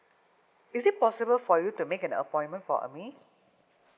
is it possible for you to make an appointment for uh me